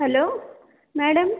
hello madam